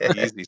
Easy